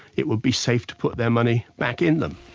it would be safe to put their money back in them.